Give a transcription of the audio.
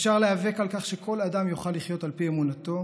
אפשר להיאבק על כך שכל אדם יוכל לחיות על פי אמונתו,